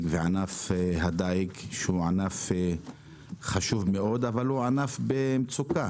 וענף הדיג שהוא ענף חשוב מאוד אבל הוא ענף במצוקה.